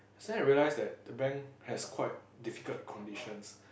yesterday I realize that the bank has quite difficult conditions